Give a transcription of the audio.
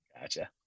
Gotcha